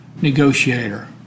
Negotiator